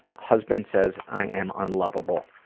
husband says i am unlovable.